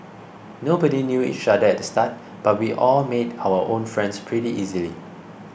nobody knew each other at the start but we all made our own friends pretty easily